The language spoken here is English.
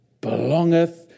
belongeth